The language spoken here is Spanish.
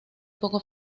poco